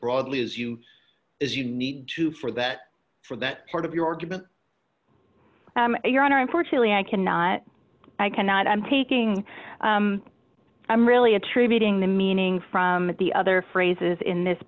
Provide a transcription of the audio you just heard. broadly as you as you need to for that for that part of your argument your honor unfortunately i cannot i cannot i'm taking i'm really attributing the meaning from the other phrases in this